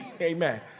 amen